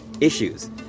issues